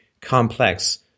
complex